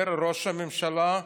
אומר ראש הממשלה: